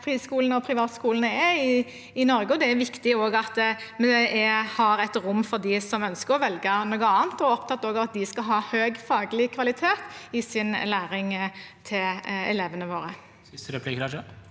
og privatskolene er i Norge. Det er viktig at vi har rom for dem som ønsker å velge noe annet, og vi er opptatt av at det skal være høy faglig kvalitet på opplæringen de gir til elevene våre.